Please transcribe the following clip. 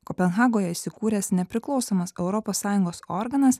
kopenhagoje įsikūręs nepriklausomas europos sąjungos organas